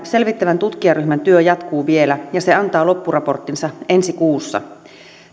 selvittävän tutkijaryhmän työ jatkuu vielä ja se antaa loppuraporttinsa ensi kuussa